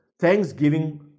Thanksgiving